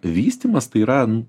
vystymas tai yra